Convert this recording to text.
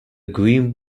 green